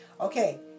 Okay